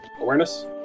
Awareness